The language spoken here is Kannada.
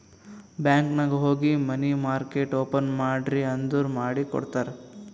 ಬ್ಯಾಂಕ್ ನಾಗ್ ಹೋಗಿ ಮನಿ ಮಾರ್ಕೆಟ್ ಓಪನ್ ಮಾಡ್ರಿ ಅಂದುರ್ ಮಾಡಿ ಕೊಡ್ತಾರ್